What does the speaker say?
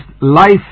life